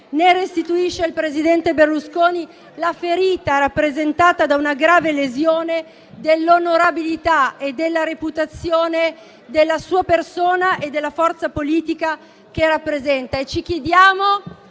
né permette al presidente Berlusconi di sanare la grave lesione dell'onorabilità e della reputazione della sua persona e della forza politica che rappresenta.